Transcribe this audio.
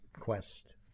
Quest